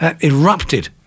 erupted